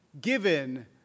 given